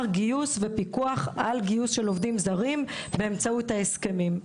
גיוס ופיקוח של עובדים זרים באמצעות ההסכמים.